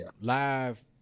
live